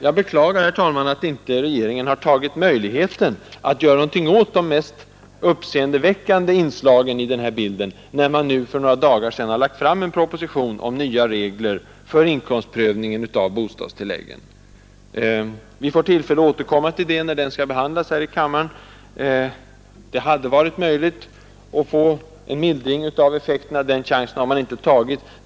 Jag beklagar att regeringen inte utnyttjat möjligheten att göra något åt de mest uppseendeväckande inslagen i bilden, när man nu för några dagar sedan lade fram en proposition om nya regler för inkomstprövning av bostadstilläggen. Vi får tillfälle att återkomma till detta när förslaget skall behandlas här i kammaren, Det hade varit möjligt att få en mildring av de effekterna till stånd, men den har man inte utnyttjat.